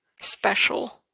special